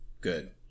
Good